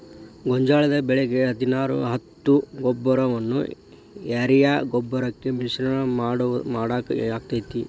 ಗೋಂಜಾಳ ಬೆಳಿಗೆ ಹದಿನಾರು ಹತ್ತು ಗೊಬ್ಬರವನ್ನು ಯೂರಿಯಾ ಗೊಬ್ಬರಕ್ಕೆ ಮಿಶ್ರಣ ಮಾಡಾಕ ಆಕ್ಕೆತಿ?